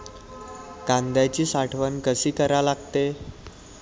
कांद्याची साठवन कसी करा लागते?